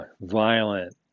violent